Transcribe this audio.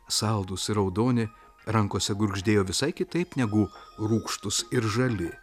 saldūs ir raudoni rankose gurgždėjo visai kitaip negu rūgštūs ir žali